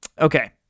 Okay